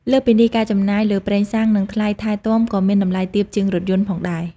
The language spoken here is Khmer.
លើសពីនេះ ការចំណាយលើប្រេងសាំងនិងថ្លៃថែទាំក៏មានតម្លៃទាបជាងរថយន្តផងដែរ។